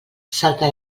salta